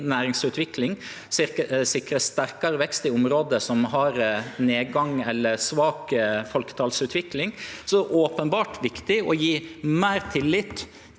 næringsutvikling og for å sikre sterkare vekst i område som har nedgang eller svak folketalsutvikling. Det er openbert viktig å gje meir tillit til